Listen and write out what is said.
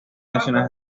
canciones